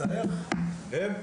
את האיך הם,